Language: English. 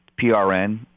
PRN